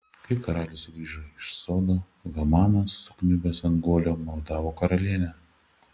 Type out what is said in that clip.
kai karalius sugrįžo iš sodo hamanas sukniubęs ant guolio maldavo karalienę